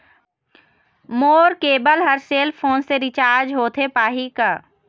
मोर cable हर cell phone से recharge होथे पाही का?